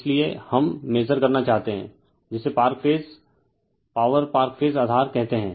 इसलिए हम मेजर करना चाहते हैं जिसे पार्क फेज पॉवर पार्क फेज आधार कहते हैं